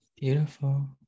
beautiful